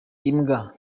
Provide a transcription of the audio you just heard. imbwa